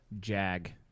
Jag